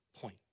point